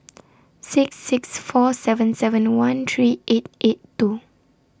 six six four seven seven one three eight eight two